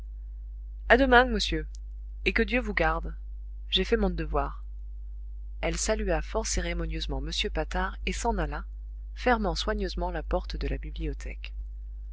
a demain monsieur et que dieu vous garde j'ai fait mon devoir elle salua fort cérémonieusement m patard et s'en alla fermant soigneusement la porte de la bibliothèque